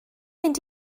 mynd